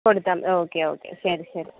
കൊടുത്താൽ okay okay ശരി ശരി